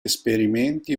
esperimenti